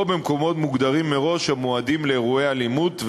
או במקומות מוגדרים מראש המועדים לאירועי אלימות,